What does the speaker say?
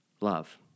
love